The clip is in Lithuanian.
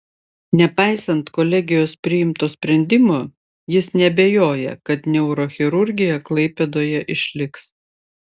nepaisant kolegijos priimto sprendimo jis neabejoja kad neurochirurgija klaipėdoje išliks